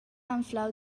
anflau